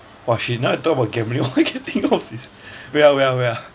!wah! shit now you talk about gambling all I can think of is wait ah wait ah wait ah